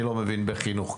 אני לא מבין בחינוך,